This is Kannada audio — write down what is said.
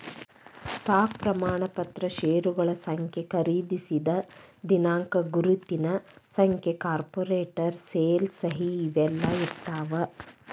ಸ್ಟಾಕ್ ಪ್ರಮಾಣ ಪತ್ರ ಷೇರಗಳ ಸಂಖ್ಯೆ ಖರೇದಿಸಿದ ದಿನಾಂಕ ಗುರುತಿನ ಸಂಖ್ಯೆ ಕಾರ್ಪೊರೇಟ್ ಸೇಲ್ ಸಹಿ ಇವೆಲ್ಲಾ ಇರ್ತಾವ